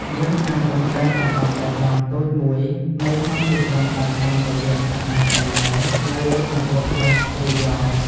យើងអាចបង្កើតតំបន់បៃតងតូចមួយនៅក្នុងទីក្រុងបានតាមរយៈការដាំបន្លែនៅលើដំបូលផ្ទះ ឬយ៉រ។